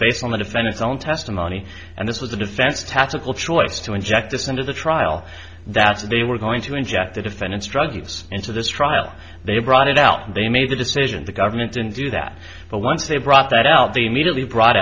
based on the defendant's own testimony and it was a defense tactical choice to inject this into the trial that they were going to inject the defendant's drug use into this trial they brought it out and they made decision the government didn't do that but once they brought that out the immediately brought